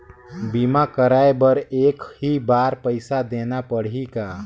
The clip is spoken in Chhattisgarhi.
बीमा कराय बर एक ही बार पईसा देना पड़ही का?